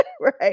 Right